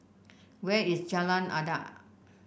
where is Jalan Adat